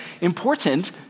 important